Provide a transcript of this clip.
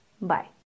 Bye